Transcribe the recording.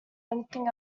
anything